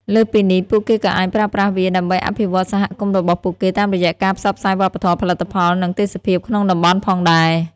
លើសពីនេះ ពួកគេក៏អាចប្រើប្រាស់វាដើម្បី អភិវឌ្ឍសហគមន៍របស់ពួកគេ តាមរយៈការផ្សព្វផ្សាយវប្បធម៌ ផលិតផល និងទេសភាពក្នុងតំបន់ផងដែរ។